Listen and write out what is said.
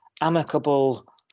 amicable